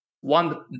one